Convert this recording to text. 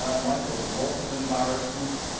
um michael, with lots of embarrassment.